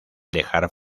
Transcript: dejar